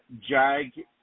JAG